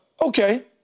okay